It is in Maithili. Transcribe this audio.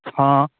हँ